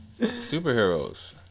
superheroes